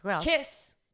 Kiss